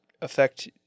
affect